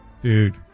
Dude